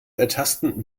ertasten